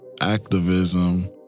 activism